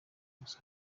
ubusa